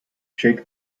shake